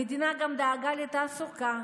המדינה גם דאגה לתעסוקה,